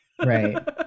right